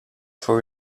for